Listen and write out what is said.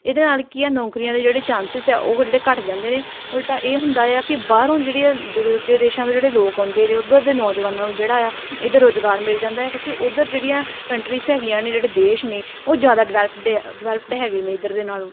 ਇਹਦੇ ਨਾਲ ਕੀ ਆ ਨੌਕਰੀਆਂ ਦੇ ਜਿਹੜੇ ਚਾਂਸਿਸ ਆ ਉਹ ਜਿਹੜੇ ਘੱਟ ਜਾਂਦੇ ਨੇ ਉਲਟਾ ਇਹ ਹੁੰਦਾ ਆ ਕਿ ਬਾਹਰੋਂ ਜਿਹੜੀ ਆ ਦੂਜੇ ਦੇਸ਼ਾਂ ਤੋਂ ਜਿਹੜੇ ਲੋਕ ਆਉਂਦੇ ਨੇ ਉੱਧਰ ਦੇ ਨੌਜਵਾਨਾਂ ਨੂੰ ਜਿਹੜਾ ਆ ਇੱਧਰ ਰੁਜ਼ਗਾਰ ਮਿਲ ਜਾਂਦਾ ਹੈ ਕਿਉਂਕਿ ਉੱਧਰ ਜਿਹੜੀਆਂ ਕੰਟਰੀਜ਼ ਹੈਗੀਆਂ ਨੇ ਜਿਹੜੇ ਦੇਸ਼ ਨੇ ਉਹ ਜ਼ਿਆਦਾ ਡਿਵੈਲਪ ਡਿਵੈਲਪਡ ਹੈਗੇ ਨੇ ਇੱਧਰ ਦੇ ਨਾਲੋਂ